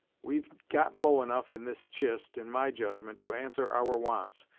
we've got low enough in this chist in my judgment to answer our wants,